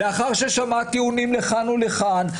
לאחר ששמע טיעונים לכאן ולכאן.